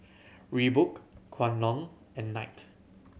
Reebok Kwan Loong and Knight